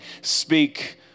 speak